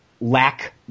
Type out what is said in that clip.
lack